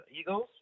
Eagles